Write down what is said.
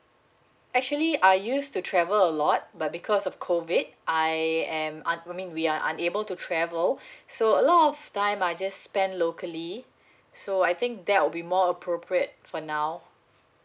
actually I used to travel a lot but because of COVID I am I mean we are unable to travel so a lot of time I just spend locally so I think that will be more appropriate for now